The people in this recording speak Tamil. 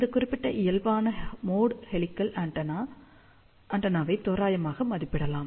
இந்த குறிப்பிட்ட இயல்பான மோட் ஹெலிகல் ஆண்டெனாவை தோராயமாக மதிப்பிடலாம்